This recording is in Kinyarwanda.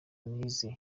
nize